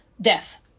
death